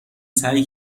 سعی